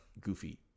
goofy